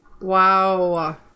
Wow